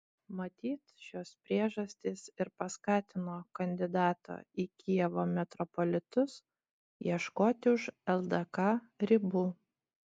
matyt šios priežastys ir paskatino kandidato į kijevo metropolitus ieškoti už ldk ribų